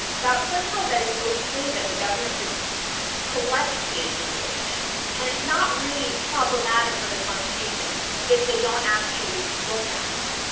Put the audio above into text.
about somehow that it's okay that the government just collects the information and it's not really problematic for the constitution if they don't actually look at it.